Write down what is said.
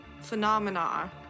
phenomena